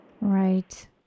Right